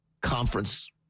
conference